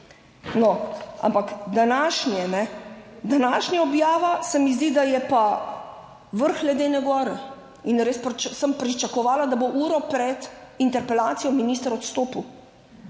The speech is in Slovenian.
No, ampak današnje, današnja objava se mi zdi, da je pa vrh ledene gore in res sem pričakovala, da bo uro pred interpelacijo minister odstopil.